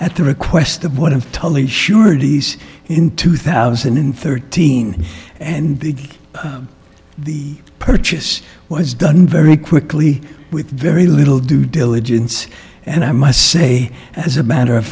at the request of one of totally sure these in two thousand and thirteen and the the purchase was done very quickly with very little due diligence and i must say as a matter of